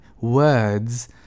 words